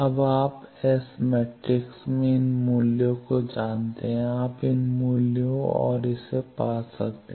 अब आप S matrix से इन मूल्यों को जानते हैं आप इन मूल्यों और इसे पा सकते हैं